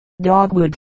dogwood